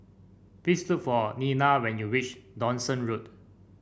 please look for Lela when you reach Dawson Road